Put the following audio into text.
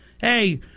Hey